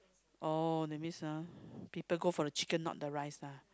oh that means ah people go for the chicken not the rice lah